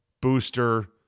booster